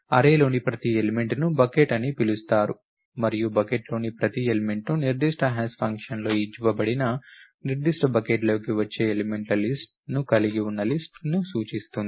అర్రేలోని ప్రతి ఎలిమెంట్ ని బకెట్ అని పిలుస్తారు మరియు బకెట్లోని ప్రతి ఎలిమెంట్ నిర్దిష్ట హాష్ ఫంక్షన్లో ఇవ్వబడిన నిర్దిష్ట బకెట్లోకి వచ్చే ఎలిమెంట్ల లిస్ట్ ను కలిగి ఉన్న లిస్ట్ ను సూచిస్తుంది